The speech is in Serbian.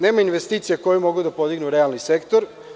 Nema investicija koje mogu da podignu realni sektor.